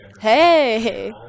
Hey